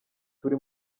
turi